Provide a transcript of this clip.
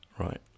right